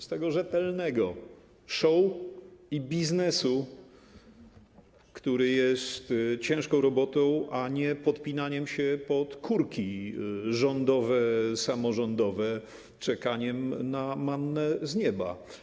Z tego rzetelnego show-biznesu, który jest ciężką robotą, a nie podpinaniem się pod kurki rządowe, samorządowe, czekaniem na mannę z nieba.